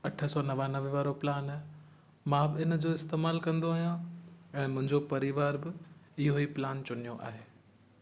अठ सौ नवानवे वारो प्लान आहे मां बि इन जो इस्तेमालु कंदो आहियां ऐं मुंहिंजो परिवार बि इहो ई प्लान चूंडियो आहे